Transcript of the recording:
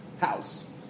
house